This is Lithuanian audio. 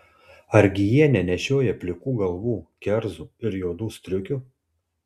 argi jie nenešioja plikų galvų kerzų ir juodų striukių